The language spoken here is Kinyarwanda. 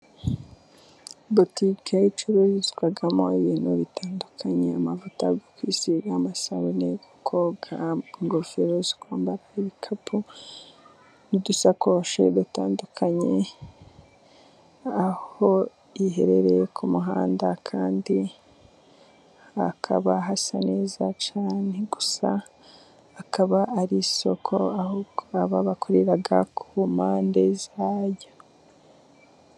botike ucururizwamo ibintu bitandukanye amavuta yo kwisiga, amasabune yo koga, ingofero zo kwambara, ibikapu n'udusakoshi dutandukanye, aho iherereye ku muhanda kandi hakaba hasa neza cyane, gusa akaba ari isoko ahubwo aba bakorera kumpande zaryo.